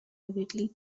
vividly